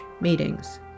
meetings